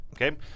Okay